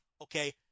okay